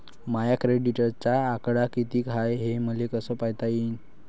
माया क्रेडिटचा आकडा कितीक हाय हे मले कस पायता येईन?